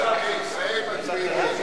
נתקבלה.